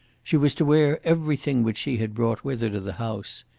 she was to wear everything which she had brought with her to the house.